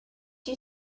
you